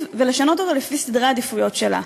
ולשנות אותו לפי סדרי עדיפויות שלה.